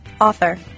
author